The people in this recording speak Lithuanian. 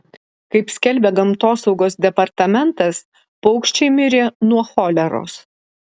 kaip skelbia gamtosaugos departamentas paukščiai mirė nuo choleros